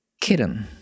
kitten